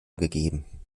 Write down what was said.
gegeben